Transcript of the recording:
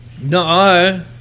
No